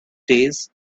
days